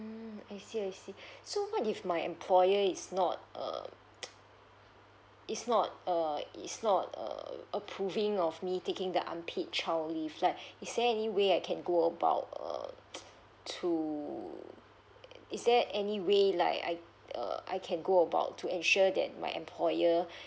mm I see I see so what if my employer is not uh is not uh is not uh approving of me taking the unpaid child leave like is there any way I can go about err to is there any way like I uh I can go about to ensure that my employer